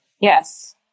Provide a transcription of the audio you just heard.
Yes